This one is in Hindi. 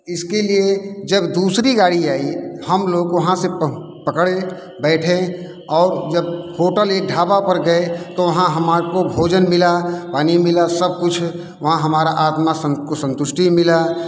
इसके लिए जब दूसरी गाड़ी आई हम लोग वहाँ से पहुँ पकड़े बैठे और जब होटल एक ढाबा पर गए तो वहाँ हमको भोजन मिला पानी मिला सब कुछ वहाँ हमारा आत्मा को संतुष्टि मिला